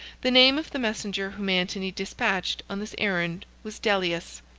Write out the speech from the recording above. the name of the messenger whom antony dispatched on this errand was dellius.